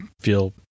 feel